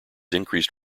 increased